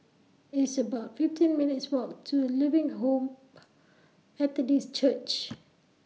It's about fifteen minutes' Walk to Living Hope Methodist Church